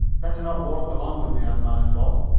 better not walk along with me, advised bob.